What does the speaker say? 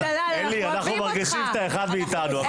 אלי, אנחנו מרגישים שאתה אחד מאיתנו.